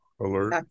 alert